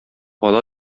ала